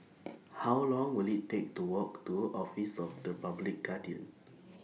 How Long Will IT Take to Walk to Office of The Public Guardian